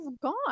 gone